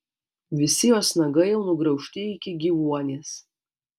visi jos nagai jau nugraužti iki gyvuonies